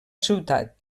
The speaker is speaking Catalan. ciutat